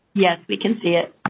yes, we can see it.